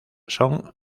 son